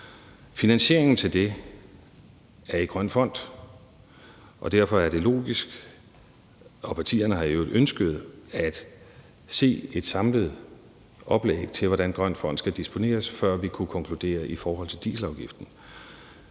Finansieringen til det er i Grøn Fond, og derfor er det logisk, og det har partierne i øvrigt også ønsket, at der er et samlet oplæg til, hvordan den grønne fond skal disponeres, før vi kan konkludere på det i forhold til dieselafgiften.